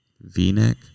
v-neck